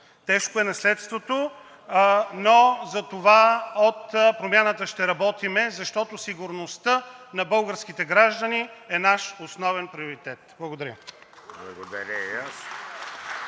Тежко е наследството, но затова от Промяната ще работим, защото сигурността на българските граждани е наш основен приоритет. Благодаря.